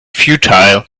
futile